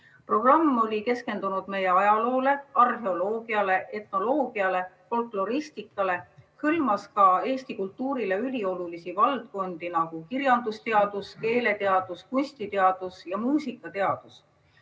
Programm oli keskendunud meie ajaloole, arheoloogiale, etnoloogiale, folkloristikale ning hõlmas ka Eesti kultuurile üliolulisi valdkondi nagu kirjandusteadus, keeleteadus, kunstiteadus ja muusikateadus.